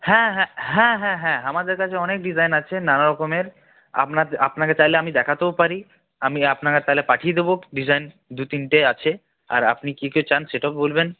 হ্যাঁ হ্যাঁ হ্যাঁ হ্যাঁ হ্যাঁ আমাদের কাছে অনেক ডিজাইন আছে নানারকমের আপনা আপনাকে চাইলে আমি দেখাতেও পারি আমি আপনাকে তাহলে পাঠিয়ে দেব ডিজাইন দু তিনটে আছে আর আপনি কী কী চান সেটাও বলবেন